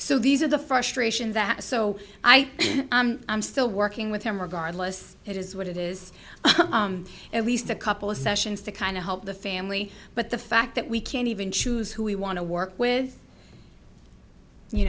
so these are the frustrations that so i think i'm still working with them regardless it is what it is at least a couple of sessions to kind of help the family but the fact that we can't even choose who we want to work with you